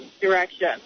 direction